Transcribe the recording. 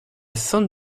san